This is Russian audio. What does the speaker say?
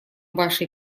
вашей